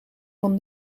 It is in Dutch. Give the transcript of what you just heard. van